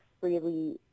freely